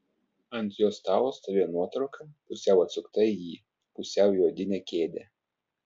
ant jo stalo stovėjo nuotrauka pusiau atsukta į jį pusiau į odinę kėdę